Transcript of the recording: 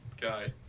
guy